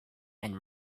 and